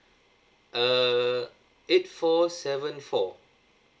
err eight four seven four